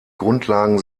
grundlagen